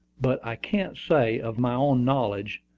but i can't say, of my own knowledge,